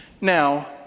Now